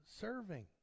serving